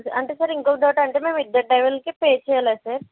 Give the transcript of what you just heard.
అంటే సర్ ఇంకొక doubt sir అంటే మేం ఇద్దరు డైవర్లకి పే చేయాలా సార్